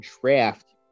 draft